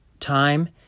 time